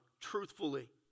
truthfully